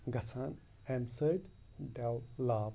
گژھان اَمہِ سۭتۍ ڈٮ۪ولَپ